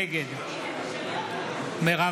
נגד מרב